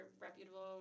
reputable